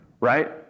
right